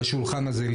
בשולחן הזה,